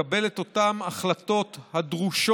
לקבל את אותן החלטות הדרושות